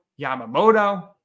Yamamoto